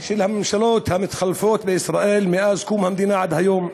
של הממשלות המתחלפות בישראל מאז קום המדינה עד היום.